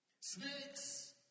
Snakes